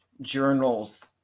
journals